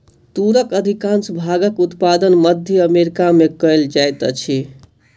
तूरक अधिकाँश भागक उत्पादन मध्य अमेरिका में कयल जाइत अछि